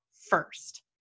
first